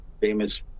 famous